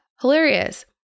hilarious